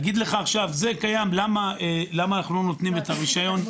להגיד לך עכשיו למה אנחנו לא נותנים את הרישיון.